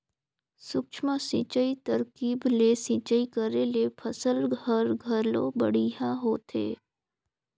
सूक्ष्म सिंचई तरकीब ले सिंचई करे ले फसल हर घलो बड़िहा होथे